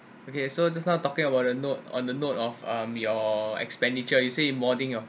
okay so just now talking about the note on the note of um your expenditure you say you modifying your